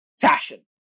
fashion